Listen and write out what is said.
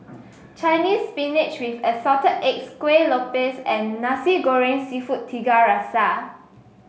Chinese Spinach with Assorted Eggs Kueh Lopes and Nasi Goreng seafood Tiga Rasa